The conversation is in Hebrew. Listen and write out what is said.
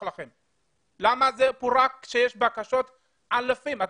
למה זה פורק כשיש אלפי בקשות?